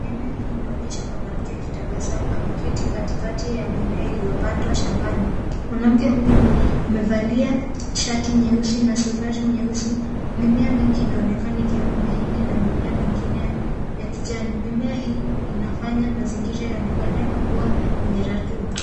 Eneo hii inaonyesha mwanamke akitabasamu ameketi katikati ya mimea iliyopandwa shambani. Mwanamke huyu amevalia shati nyeusi na suruali nyeusi. Mimea nyingi inaonekana ikiwemo mahindi na mimea mingine ya kijani, mimea hii inafanya mazingira ionekane kuwa ya rotuba.